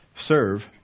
Serve